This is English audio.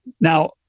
Now